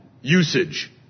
usage